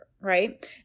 right